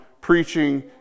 preaching